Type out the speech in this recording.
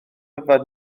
yfed